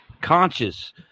conscious